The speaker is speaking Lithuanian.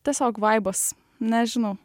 tiesiog vaibas nežinau